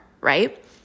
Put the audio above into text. right